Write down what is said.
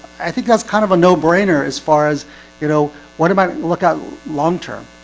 i think that's kind of a no-brainer as far as you know what about look out long-term?